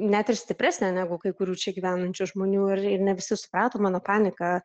net ir stipresnė negu kai kurių čia gyvenančių žmonių ir ne visi suprato mano paniką